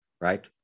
Right